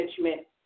management